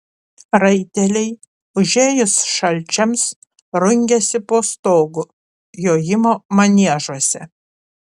raiteliai užėjus šalčiams rungiasi po stogu jojimo maniežuose